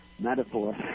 Metaphor